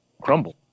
crumble